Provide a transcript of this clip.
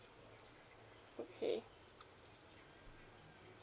okay